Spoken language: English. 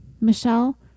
Michelle